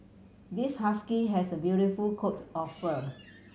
this husky has a beautiful coat of fur